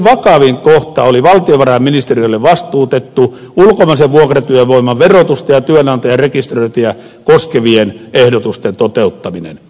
vakavin kohta oli valtiovarainministeriölle vastuutettu ulkomaisen vuokratyövoiman verotusta ja työnantajan rekisteröintiä koskevien ehdotusten toteuttaminen